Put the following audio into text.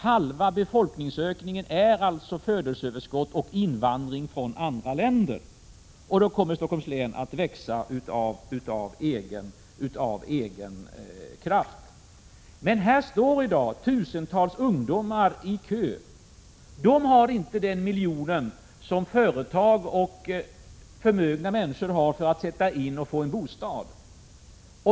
Halva befolkningsökningen utgörs av födelseöverskott och invandring från andra länder. Stockholms län kommer allstå att växa av egen kraft. Här står det i dag tusentals ungdomar i kö. Dessa ungdomar har inte den miljon som företag och förmögna människor har för att skaffa bostad.